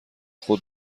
خود